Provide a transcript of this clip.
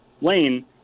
lane